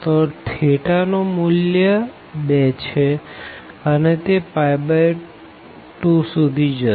તો થેટા નું મૂલ્ય 2 છેઅને તે 2 સુધી જશે